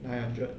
nine hundred